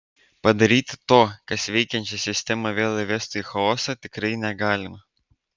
padaryti to kas veikiančią sistemą vėl įvestų į chaosą tikrai negalima